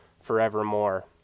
forevermore